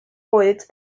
poets